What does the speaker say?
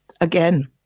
Again